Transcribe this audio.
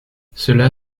cela